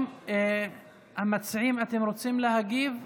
המציעים, אתם רוצים להגיב?